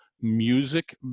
music